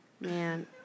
Man